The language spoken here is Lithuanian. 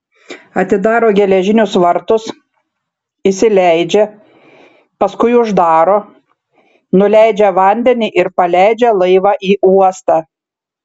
atidaro geležinius vartus įsileidžia paskui uždaro nuleidžia vandenį ir paleidžia laivą į uostą